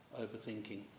overthinking